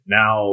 now